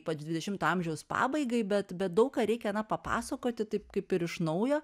ypač dvidešimto amžiaus pabaigai bet bet daug ką reikia na papasakoti taip kaip ir iš naujo